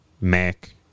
Mac